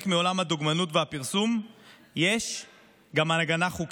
מעולם הדוגמנות והפרסום יש גם הגנה חוקית.